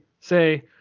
say